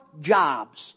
jobs